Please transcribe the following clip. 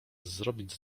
zrobić